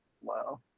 Wow